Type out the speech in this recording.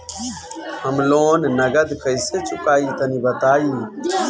हम लोन नगद कइसे चूकाई तनि बताईं?